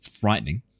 frightening